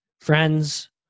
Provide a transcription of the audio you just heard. friends